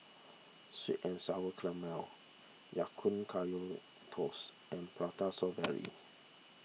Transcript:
Sweet and Sour Calamari Ya Kun Kaya Toast and Prata Strawberry